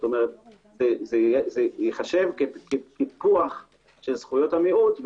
כלומר זה ייחשב פיקוח של זכויות המיעוט.